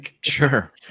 sure